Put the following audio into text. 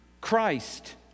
Christ